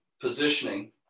positioning